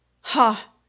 Ha